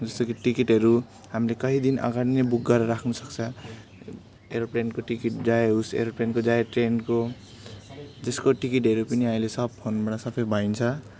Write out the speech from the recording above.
जस्तो कि टिकटहरू हामीले केही दिन अगाडि नै बुक गरेर राख्नुसक्छ एरोप्लेनको टिकट चाहे होस् एरोप्लेनको चाहे ट्रेनको त्यसको टिकटहरू पनि अहिले सब फोनबाट सबै भइन्छ